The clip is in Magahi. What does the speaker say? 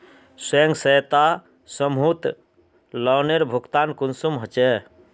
स्वयं सहायता समूहत लोनेर भुगतान कुंसम होचे?